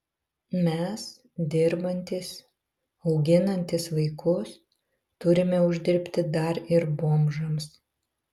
mes dirbantys auginantys vaikus turime uždirbti dar ir bomžams